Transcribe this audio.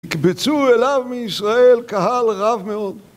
נקבצו אליו מישראל קהל רב מאוד